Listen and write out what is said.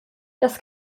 das